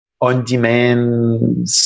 on-demand